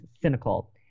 cynical